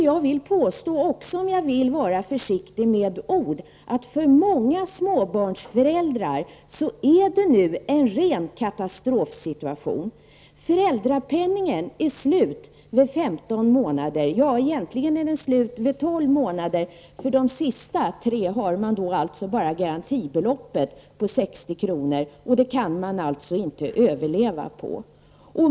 Jag vill, även om jag vill vara försiktig med ord, påstå att det för många småbarnsföräldrar nu är en ren katastrofsituation. Föräldrapenningen är slut vid 15 månader. Ja, egentligen är den slut vid 12 månader, eftersom man under de sista tre månaderna egentligen bara har garantibeloppet på 60 kronor, och det kan man inte överleva på.